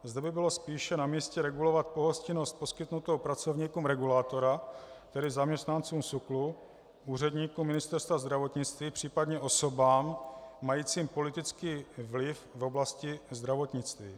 Zde by bylo spíše namístě regulovat pohostinnost poskytnutou pracovníkům regulátora, tedy zaměstnancům SÚKLu, úředníkům Ministerstva zdravotnictví, případně osobám majícím politický vliv v oblasti zdravotnictví.